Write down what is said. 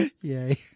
Yay